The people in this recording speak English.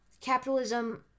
capitalism